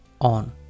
on